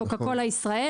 חברת קוקה קולה ישראל